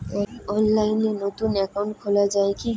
অনলাইনে নতুন একাউন্ট খোলা য়ায় কি?